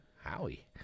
Howie